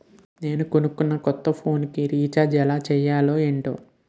నేను కొనుకున్న కొత్త ఫోన్ కి రిచార్జ్ ఎలా చేసుకోవాలో ఏంటో